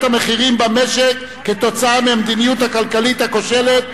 המחירים במשק עקב המדיניות הכלכלית הכושלת,